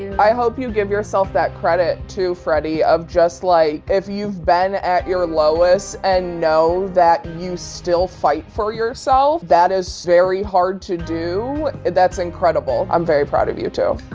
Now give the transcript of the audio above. and i hope you give yourself that credit too, freddie, of just like if you've been at your lowest and know that you still fight for yourself, that is very hard to do. that's incredible. i'm very proud of you too.